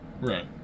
right